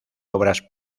obras